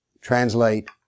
translate